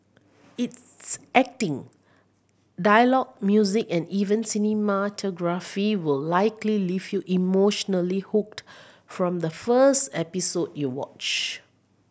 its acting dialogue music and even cinematography will likely leave you emotionally hooked from the first episode you watch